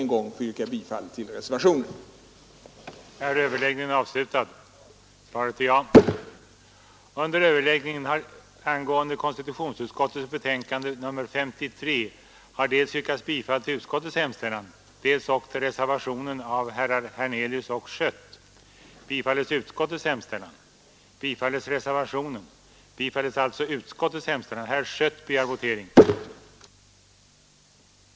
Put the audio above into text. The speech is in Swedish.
Jag skall därför inte ta ytterligare tid i anspråk här utan ber